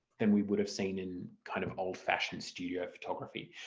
than we would have seen in kind of old-fashioned studio photography.